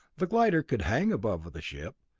the glider could hang above the ship,